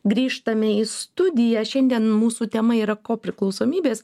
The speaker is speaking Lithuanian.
grįžtame į studiją šiandien mūsų tema yra kopriklausomybės